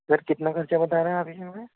سر کتنا خرچہ بتا رہے ہیں آپ اس میں سے